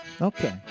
Okay